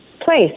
place